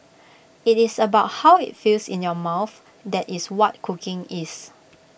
IT is about how IT feels in your mouth that is what cooking is